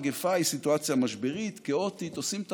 מגפה היא סיטואציה משברית, כאוטית, עושים טעויות.